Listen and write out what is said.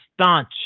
staunch